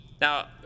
Now